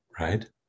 Right